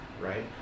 right